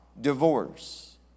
divorce